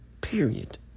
Period